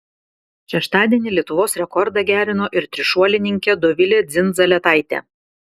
šeštadienį lietuvos rekordą gerino ir trišuolininkė dovilė dzindzaletaitė